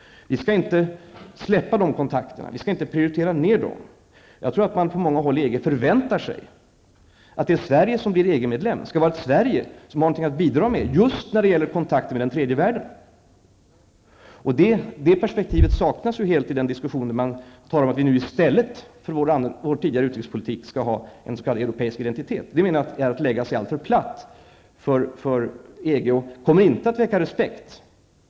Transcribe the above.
Vi skall inte släppa dessa kontakter. Vi skall inte prioritera ner dem. Jag tror att man på många håll i EG förväntar sig att det Sverige som blir medlem i EG är ett Sverige som har någonting att bidra med just när det gäller kontakterna med den tredje världen. Det perspektivet saknas helt i denna diskussion, där man talar om att vi i stället för vår tidigare utrikespolitik skall få europeisk identitet. Vi menar att det är att lägga sig platt inför EG, och det kommer inte att väcka respekt.